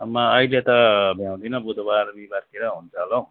अँ म अहिले त भ्याउँदिनँ बुधबार बिहिबारतिरै हुन्छ होला हौ